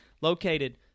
located